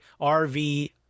RV